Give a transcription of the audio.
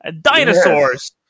Dinosaurs